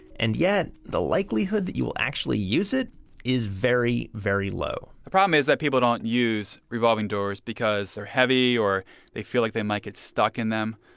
and yet, the likelihood that you'll actually use it is very, very low the problem is that people don't use revolving doors because they're heavy or they feel like they might get stuck in them.